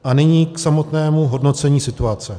A nyní k samotnému hodnocení situace.